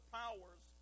powers